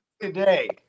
today